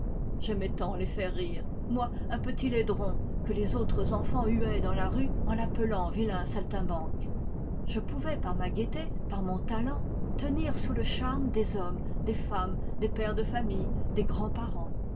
j'aimais tant les faire rire moi un petit laideron que les autres enfans huaient dans la rue en l'appelant vilain saltimbanque je pouvais par ma gaité par mon talent tenir sous le charme des hommes des femmes des pères de famille des grands